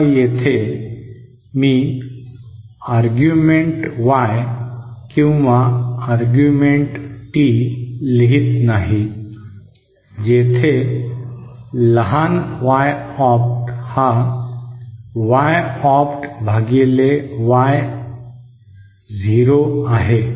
आता येथे मी अर्ग्युमेण्ट Y किंवा अर्ग्युमेण्ट T लिहित नाही जेथे लहान Y ऑप्ट हा Y ऑप्ट भागिले Y 0 आहे